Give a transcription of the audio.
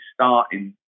starting